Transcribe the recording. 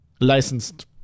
licensed